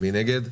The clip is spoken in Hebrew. מי נגד?